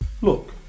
Look